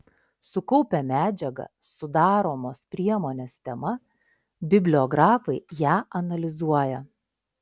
sukaupę medžiagą sudaromos priemonės tema bibliografai ją analizuoja